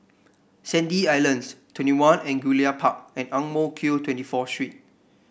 Sandy Islands Twenty One Angullia Park and Ang Mo Kio Twenty Four Street